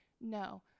no